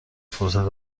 فرصت